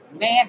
man